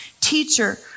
teacher